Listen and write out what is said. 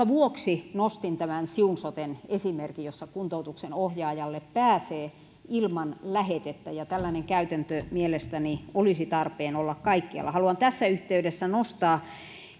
vuoksi nostin tämän siun soten esimerkin jossa kuntoutuksen ohjaajalle pääsee ilman lähetettä ja tällainen käytäntö mielestäni olisi tarpeen olla kaikkialla haluan tässä yhteydessä nostaa